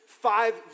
five